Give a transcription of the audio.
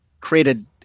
created